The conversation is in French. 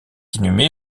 inhumé